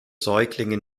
säuglinge